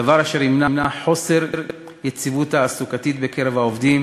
דבר אשר ימנע חוסר יציבות תעסוקתית בקרב העובדים